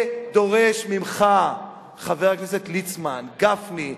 מבחינתי השירות בצבא הוא מצווה,